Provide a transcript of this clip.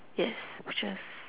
yes butchers